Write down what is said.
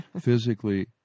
physically